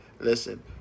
Listen